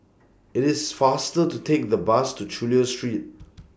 IT IS faster to Take The Bus to Chulia Street